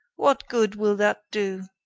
what good will that do?